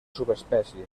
subespècie